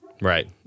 Right